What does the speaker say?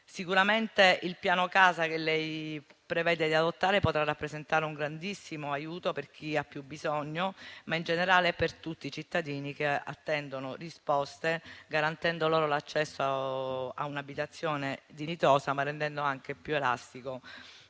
Sicuramente, il piano casa che lei prevede di adottare potrà rappresentare un grandissimo aiuto per chi ha più bisogno, ma in generale per tutti i cittadini che attendono risposte, garantendo loro l'accesso a un'abitazione dignitosa, ma rendendo anche più elastico